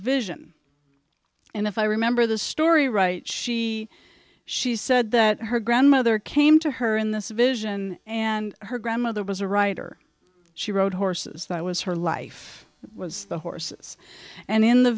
vision and if i remember the story right she she said that her grandmother came to her in this vision and her grandmother was a writer she rode horses that was her life was the horses and in the